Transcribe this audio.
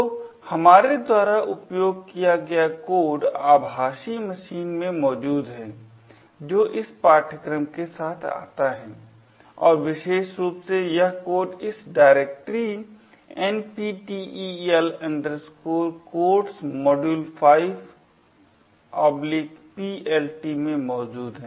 तो हमारे द्वारा उपयोग किया गया कोड आभाषी मशीन में मौजूद है जो इस पाठ्यक्रम के साथ आता है और विशेष रूप से यह कोड इस डायरेक्टरी nptel codesmodule5plt में मौजूद है